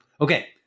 okay